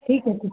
ठीक है ठीक